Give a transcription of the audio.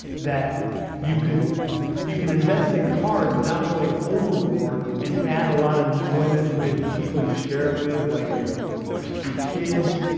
that you you could invest in cards without going overboard and add a lot of enjoyment with the people you share it with, like your your kids